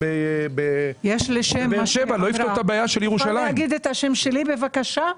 אתה יכול להגיד את השם שלי בבקשה?